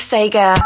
Sega